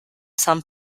some